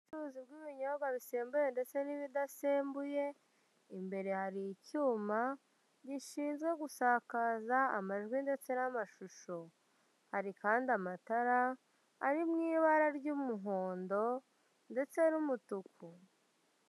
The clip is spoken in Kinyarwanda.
Ubucuruzi bw'ibinyobwa bishembuye ndetse n'ibidasembuye, imbere hari icyuma, gishinzwe gusakaza amajwi ndetse n'amashusho, hari kandi amatara, ari mu ibara ry'umuhondo ndetse n'umutuku.